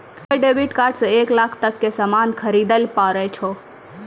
कोय debit card से एक लाख तक के सामान खरीदैल पारै छो